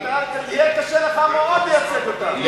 יהיה קשה לך מאוד לייצג אותם.